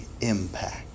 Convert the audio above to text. impact